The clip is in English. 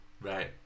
right